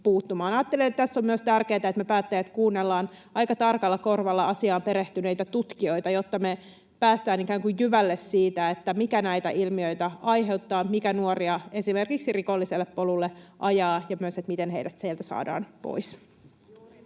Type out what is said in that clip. Ajattelen, että tässä on myös tärkeätä, että me päättäjät kuunnellaan aika tarkalla korvalla asiaan perehtyneitä tutkijoita, jotta me päästään ikään kuin jyvälle siitä, mikä näitä ilmiöitä aiheuttaa, mikä nuoria esimerkiksi rikolliselle polulle ajaa, ja myös siitä, miten heidät sieltä saadaan pois.